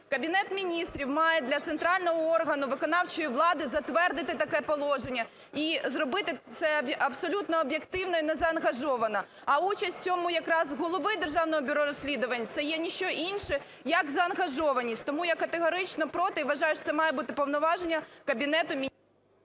Кабінет Міністрів має для Центрального органу виконавчої влади затвердити таке положення, і зробити це абсолютно об'єктивно і незаангажовано, а участь в цьому якраз голови Державного бюро розслідувань - це є ніщо інше, як заангажованість. Тому я категорично проти і вважаю, що це має бути повноваження Кабінету Міністрів